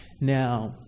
Now